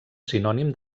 sinònim